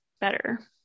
better